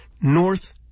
North